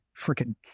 freaking